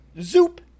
zoop